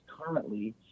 currently